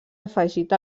afegit